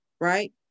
right